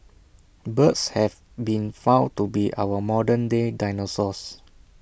birds have been found to be our modern day dinosaurs